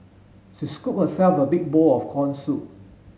she scooped herself a big bowl of corn soup